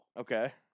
Okay